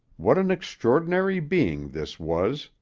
what an extraordinary being this was,